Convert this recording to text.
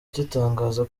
gitangaza